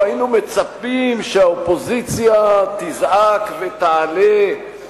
הרי היית מצפה שנוכח הבעיות האדירות שמדינת ישראל מתמודדת אתן,